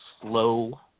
Slow